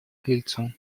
крыльцу